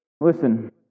listen